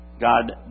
God